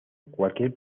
cualquier